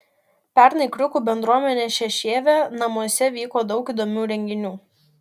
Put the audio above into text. pernai kriukų bendruomenės šešėvė namuose vyko daug įdomių renginių